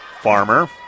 Farmer